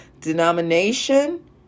denomination